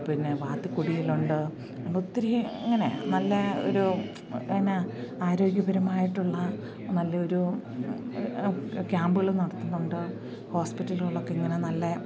പിന്നെ വാത്തുക്കുടിയിലുണ്ട് അങ്ങനെ ഒത്തിരി ഇങ്ങനെ നല്ല ഒരു എന്നാ ആരോഗ്യപരമായിട്ടുള്ള നല്ലൊരു ക്യാമ്പുകൾ നടത്തുന്നുണ്ട് ഹോസ്പിറ്റലുകളൊക്കെ ഇങ്ങനെ നല്ല